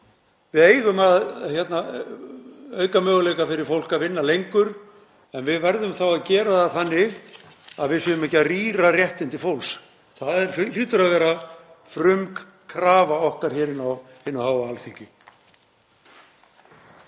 Við eigum að auka möguleika fólks til að vinna lengur en við verðum að gera það þannig að við séum ekki að rýra réttindi fólks. Það hlýtur að vera frumkrafa okkar hér á hinu háa